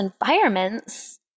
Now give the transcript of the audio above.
environments